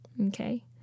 Okay